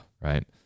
Right